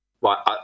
right